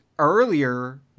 earlier